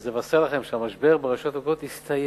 אני רוצה לבשר לכם שהמשבר ברשויות המקומיות הסתיים.